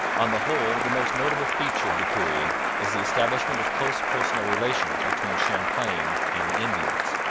on the whole, the most notable feature of the period is the establishment of close personal relations between champlain and the indians.